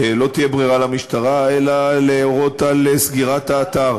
לא תהיה ברירה למשטרה אלא להורות על סגירת האתר.